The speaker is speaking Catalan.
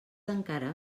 encara